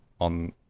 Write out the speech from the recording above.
on